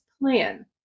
plan